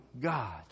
God